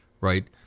right